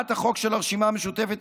הצעת החוק של הרשימה המשותפת,